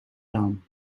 dam